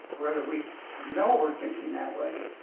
whether we know we're thinking that way,